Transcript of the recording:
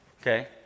Okay